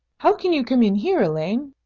how can you come in here, elaine?